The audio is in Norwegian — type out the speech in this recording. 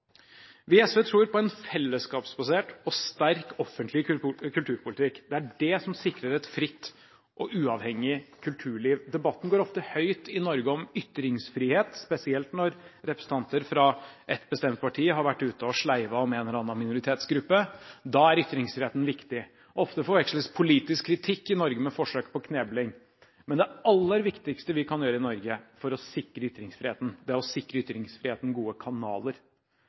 Vi i SV tror på en fellesskapsbasert og sterk offentlig kulturpolitikk, det er det som sikrer et fritt og uavhengig kulturliv. Debatten går ofte høyt i Norge om ytringsfrihet, spesielt når representanter fra et bestemt parti har vært ute og sleivet om en eller annen minoritetsgruppe. Da er ytringsretten viktig. Ofte forveksles politisk kritikk i Norge med forsøk på knebling, men det aller viktigste vi kan gjøre i Norge for å sikre ytringsfriheten, er å sikre ytringsfriheten gode kanaler,